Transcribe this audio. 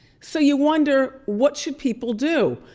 so you wonder what should people do?